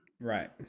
Right